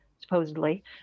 supposedly